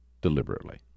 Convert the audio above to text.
deliberately